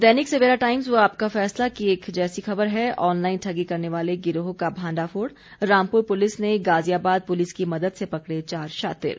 दैनिक Savera Times व आपका फैसला की एक जैसी खबर है ऑनलाईन ठगी करने वाले गिरोह का भांडाफोड़ रामपुर पुलिस ने गाजियाबाद पुलिस की मदद से पकड़े चार शातिर